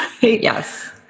Yes